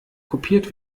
kopiert